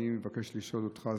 אני מבקש לשאול אותך,